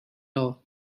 law